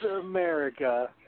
America